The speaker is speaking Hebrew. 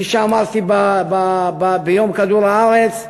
כפי שאמרתי ביום כדור-הארץ,